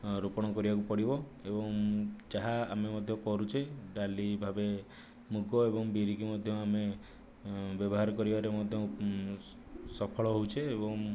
ହଁ ରୋପଣ କରିବାକୁ ପଡ଼ିବ ଏବଂ ଯାହା ଆମେ ମଧ୍ୟ କରୁଛେ ଡ଼ାଲି ଭାବେ ମୁଗ ଏବଂ ବିରି କି ମଧ୍ୟ ଆମେ ବ୍ୟବହାର କରିବାରେ ମଧ୍ୟ ସଫଳ ହୋଇଛେ ଏବଂ